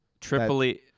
tripoli